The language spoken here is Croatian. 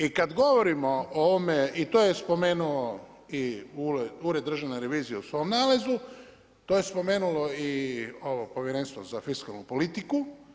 I kada govorimo o ovome i to je spomenuo i ured državne revizije u svom nalazu, to je spomenulo i ovo Povjerenstvo za fiskalnu politiku.